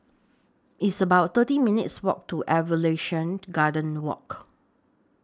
It's about thirty minutes' Walk to Evolution Garden Walk